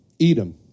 Edom